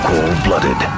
Cold-Blooded